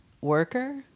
worker